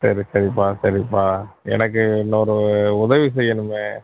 சரி சரிப்பா சரிப்பா எனக்கு இன்னொரு உதவி செய்யணுமே